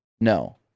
No